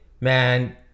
man